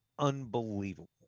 Unbelievable